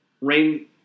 Rain